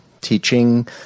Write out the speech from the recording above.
teaching